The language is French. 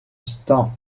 stand